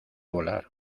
volar